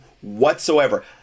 whatsoever